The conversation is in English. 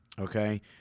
okay